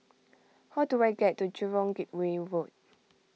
how do I get to Jurong Gateway Road